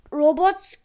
robots